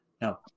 no